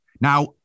Now